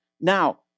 Now